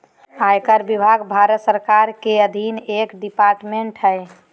आयकर विभाग भारत सरकार के अधीन एक डिपार्टमेंट हय